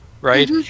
right